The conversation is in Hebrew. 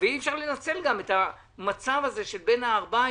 גם אי אפשר לנצל את המצב של בין הערביים,